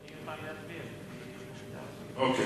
אוקיי,